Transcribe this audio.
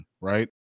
right